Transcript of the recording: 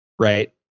Right